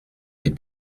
des